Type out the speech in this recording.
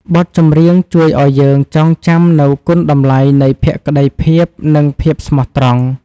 បទចម្រៀងជួយឱ្យយើងចងចាំនូវគុណតម្លៃនៃភក្ដីភាព និងភាពស្មោះត្រង់។